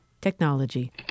technology